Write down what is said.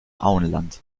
auenland